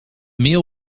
meal